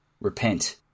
repent